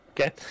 Okay